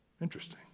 Interesting